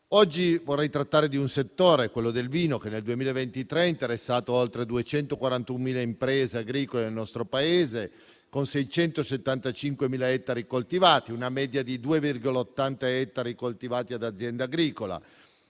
Oggi vorrei trattare di un settore, quello del vino, che nel 2023 ha interessato oltre 241.000 imprese agricole del nostro Paese, con 675.000 ettari coltivati e una media di 2,80 ettari coltivati per azienda agricola.